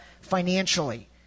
financially